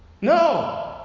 No